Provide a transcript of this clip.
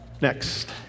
Next